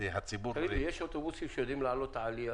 בתקופת הקורונה יש ביקוש רב לתחבורה